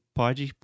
pode